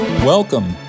Welcome